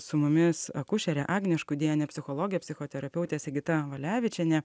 su mumis akušerė agnė škudienė psichologė psichoterapeutė sigita valevičienė